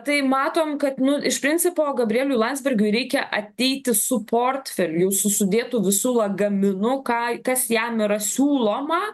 tai matom kad nu iš principo gabrieliui landsbergiui reikia ateiti su portfeliu jau su sudėtu visu lagaminu ką kas jam yra siūloma